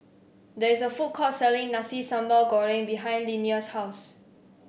there is a food court selling Nasi Sambal Goreng behind Linnea's house